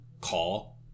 call